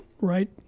right